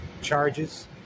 charges